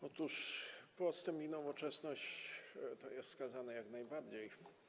Otóż postęp i nowoczesność są wskazane, jak najbardziej.